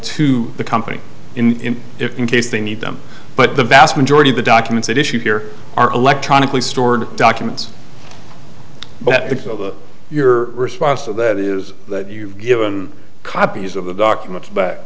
to the company in if in case they need them but the vast majority of the documents at issue here are electronically stored documents but your response to that is that you've given copies of the documents b